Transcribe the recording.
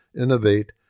innovate